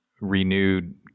renewed